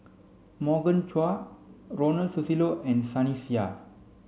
Morgan Chua Ronald Susilo and Sunny Sia